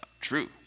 True